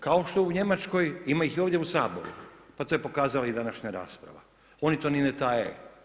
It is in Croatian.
Kao što u Njemačkoj, ima ih i ovdje u Saboru, pa to je pokazala i današnja rasprava, oni to ni ne taje.